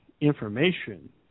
information